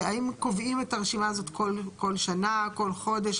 והאם קובעים את הרשימה הזאת כל שנה, כל חודש?